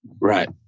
Right